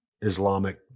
Islamic